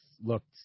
looked